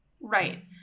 Right